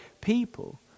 people